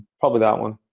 probably that one.